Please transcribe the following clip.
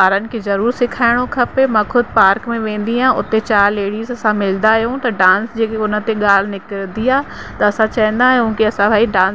ॿारनि खे ज़रूरु सिखाइणो खपे मां ख़ुदि पार्क में वेंदी आहियां उते चार लेडीज़ असां मिलंदा आहियूं त डांस जे बि उनते ॻाल्हि निकिरंदी आहे त असां चईंदा आहियूं कि असां भई डांस